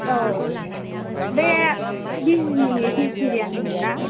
औ बे बिजिनिनि भेजिटेरियानमोन ना